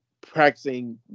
practicing